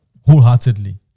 wholeheartedly